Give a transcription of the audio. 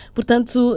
Portanto